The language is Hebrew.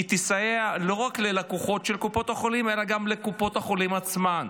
היא תסייע לא רק ללקוחות של קופות החולים אלא גם לקופות החולים עצמן.